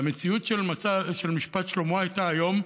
והמציאות של משפט שלמה הייתה היום,